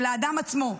של האדם עצמו,